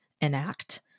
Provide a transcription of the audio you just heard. enact